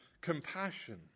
compassion